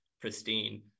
pristine